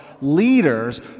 leaders